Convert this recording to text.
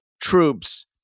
troops